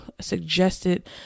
suggested